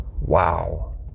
Wow